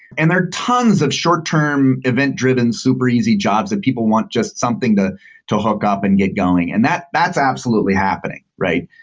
and there are tons of short-term event-driven, super easy jobs and people want just something to to hook up and get going, and that's absolutely happening, right?